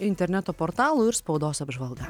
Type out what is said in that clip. interneto portalų ir spaudos apžvalga